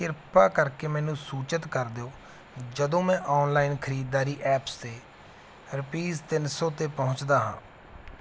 ਕ੍ਰਿਪਾ ਕਰਕੇ ਮੈਨੂੰ ਸੂਚਿਤ ਕਰ ਦਿਉ ਜਦੋਂ ਮੈਂ ਔਨਲਾਇਨ ਖਰੀਦਦਾਰੀ ਐਪਸ 'ਤੇ ਰੂਪੀਸ ਤਿੰਨ ਸੌ 'ਤੇ ਪਹੁੰਚਦਾ ਹਾਂ